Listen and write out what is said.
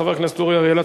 חבר הכנסת אורי אריאל,